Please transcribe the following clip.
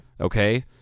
okay